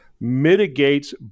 mitigates